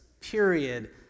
Period